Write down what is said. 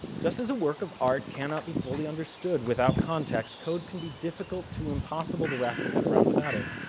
just as a work of art cannot be fully understood without context, code can be difficult to impossible to wrap your head around without it.